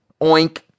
Oink